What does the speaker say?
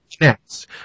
Yes